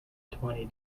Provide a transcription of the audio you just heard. twenty